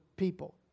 people